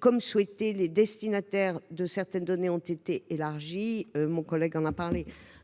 Comme nous le souhaitions, le nombre de destinataires de certaines données a été élargi, mon collègue en a parlé,